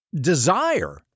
desire